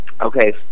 Okay